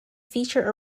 feature